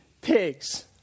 pigs